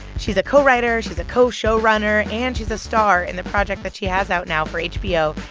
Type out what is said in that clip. she's a co-writer. she's a co-showrunner, and she's a star in the project that she has out now for hbo.